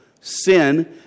sin